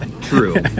True